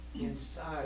inside